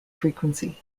frequency